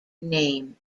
name